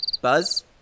Buzz